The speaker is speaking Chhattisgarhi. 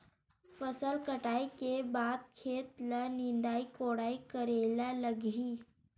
फसल कटाई के बाद खेत ल निंदाई कोडाई करेला लगही?